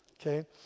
okay